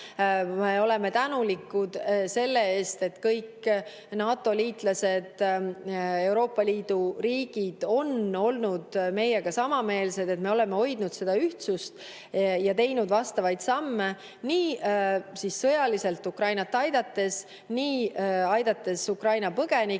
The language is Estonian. Me oleme tänulikud selle eest, et kõik NATO liitlased, Euroopa Liidu riigid on olnud meiega samameelsed, et me oleme hoidnud seda ühtsust ja teinud vastavaid samme, aitamaks Ukrainat sõjaliselt, aitamaks Ukraina põgenikke,